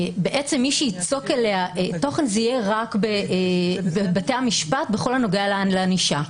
מי שיצוק אליה תוכן זה יהיה בתי המשפט בכל הנוגע לענישה.